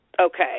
Okay